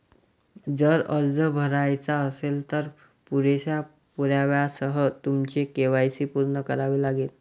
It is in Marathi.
जर अर्ज भरायचा असेल, तर पुरेशा पुराव्यासह तुमचे के.वाय.सी पूर्ण करावे लागेल